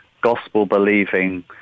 gospel-believing